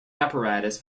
apparatus